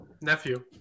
Nephew